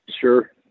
Sure